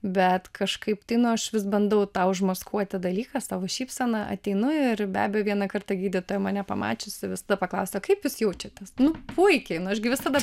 bet kažkaip tai aš vis bandau tą užmaskuoti dalyką tavo šypsena ateinu ir be abejo vieną kartą gydytoja mane pamačiusi visada paklausia kaip jūs jaučiatės nu puikiai aš gi visada